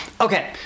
Okay